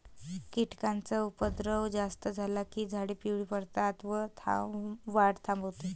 कीटकांचा उपद्रव जास्त झाला की झाडे पिवळी पडतात व वाढ थांबते